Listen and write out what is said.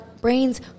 brains